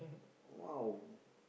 !wow!